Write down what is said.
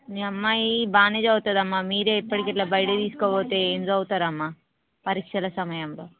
మీ అమ్మాయి బాగా చదువువుతుంది అమ్మ మీరే ఇప్పటికి ఇట్ల బయటికి తీసుకుపోతే ఏమి చదువుతారు అమ్మ పరీక్షల సమయంలో